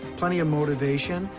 plenty of motivation.